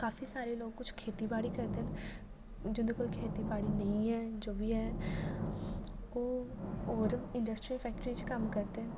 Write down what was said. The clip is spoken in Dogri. काफी सारे लोग कुछ खेतीबाड़ी करदे न जिं'दे कोल खेतीबाड़ी नेईं ऐ जो बी ऐ ओह् होर इंडस्ट्री फैक्टरी च कम्म करदे न